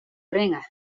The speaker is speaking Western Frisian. bringe